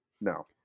No